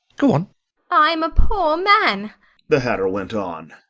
go on i'm a poor man the hatter went on,